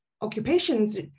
occupations